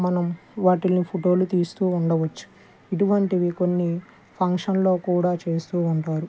మనం వాటిని ఫోటోలు తీస్తు ఉండవచ్చు ఇటువంటివి కొన్ని ఫంక్షన్లో కూడా చేస్తు ఉంటారు